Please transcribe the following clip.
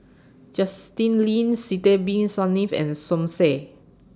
Justin Lean Sidek Bin Saniff and Som Said